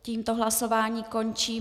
Tímto hlasování končím.